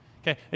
Okay